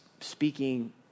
speaking